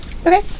Okay